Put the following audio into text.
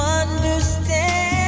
understand